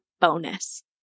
bonus